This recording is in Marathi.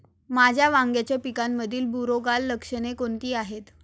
माझ्या वांग्याच्या पिकामध्ये बुरोगाल लक्षणे कोणती आहेत?